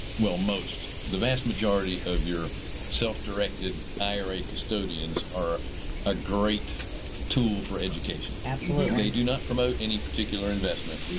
well most the vast majority of your self directed ira custodians are a great tool for education. absolutely! they do not promote any particular investment,